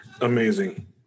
amazing